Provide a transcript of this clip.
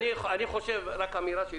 רק אמירה,